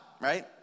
right